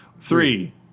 Three